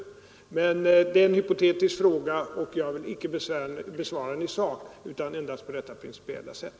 Men det är en hypotetisk fråga, och jag vill inte besvara den i sak utan endast på detta principiella sätt.